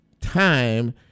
time